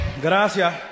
gracias